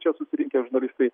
čia susirinkę žurnalistai